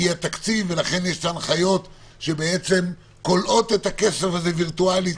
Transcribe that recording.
תקציב ולכן אין הנחיות שכל עוד הכסף הזה הוא וירטואלי,